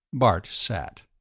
bart sat.